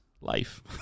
life